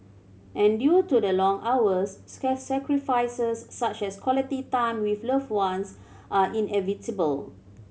and due to the long hours sacrifices such as quality time with loved ones are inevitable